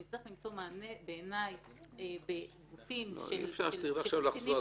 נצטרך למצוא מענה בעיניי בגופים של קטינים --- אי-אפשר עכשיו לחזור.